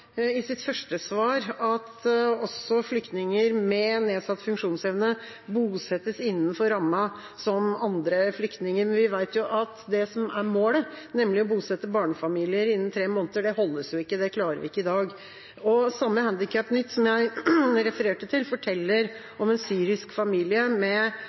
i sitt første svar at også flyktninger med nedsatt funksjonsevne bosettes innenfor samme ramma som andre flyktninger, men vi veit jo at det som er målet, nemlig å bosette barnefamilier innen tre måneder, det klarer vi ikke i dag. I samme Handikapnytt som jeg refererte til, fortelles det om en syrisk familie med